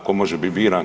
Tko može biti biran?